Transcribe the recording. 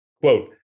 quote